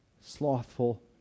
slothful